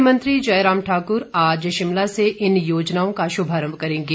मुख्यमंत्री जयराम ठाक्र आज शिमला से इन योजनाओं का शुभारंभ करेंगे